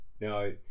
No